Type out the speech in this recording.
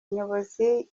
nyobozi